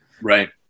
Right